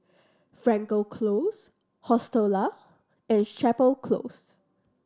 Frankel Close Hostel Lah and Chapel Close